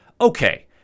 Okay